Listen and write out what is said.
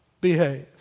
behave